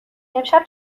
امشب